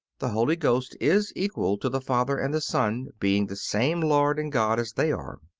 the holy ghost is equal to the father and the son, being the same lord and god as they are.